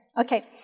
Okay